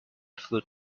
flood